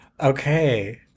Okay